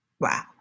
Wow